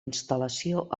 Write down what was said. instal·lació